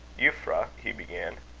euphra, he began.